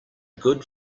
good